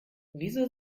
wieso